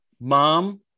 mom